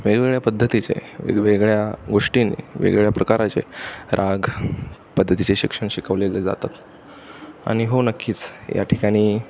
वेगवेगळ्या पद्धतीचे वेगवेगळ्या गोष्टींनी वेगवेगळ्या प्रकाराचे राग पद्धतीचे शिक्षण शिकवलेले जातात आणि हो नक्कीच या ठिकाणी